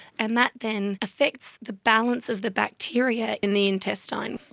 and that then affects the balance of the bacteria in the intestine.